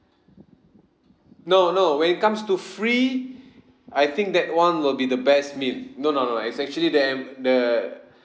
no no when it comes to free I think that [one] will be the best meal no no no it's actually the em~ the